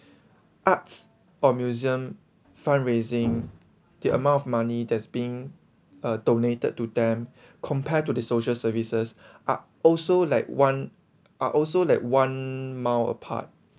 arts or museum fund raising the amount of money that's been uh donated to them compared to the social services are also like one are also like one mile apart